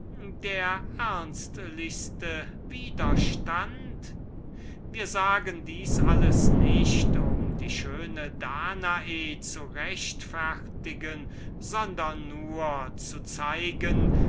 der ernstlichste widerstand kosten kann wir sagen dieses alles nicht um die schöne danae zu rechtfertigen sondern nur zu zeigen